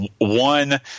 One